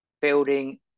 building